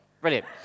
Brilliant